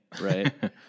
right